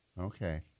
Okay